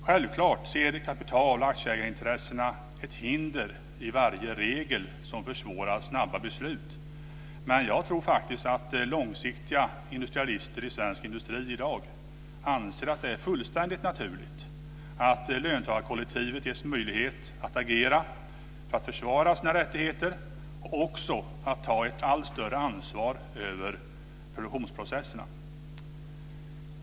Självklart ser kapital och aktieägarintressena ett hinder i varje regel som försvårar snabba beslut, men jag tror faktiskt att långsiktiga industrialister i svensk industri i dag anser att det är fullständigt naturligt att löntagarkollektivet ges möjlighet att agera för att försvara sina rättigheter och också ta ett allt större ansvar för produktionsprocesserna.